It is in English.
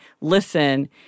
listen